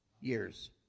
years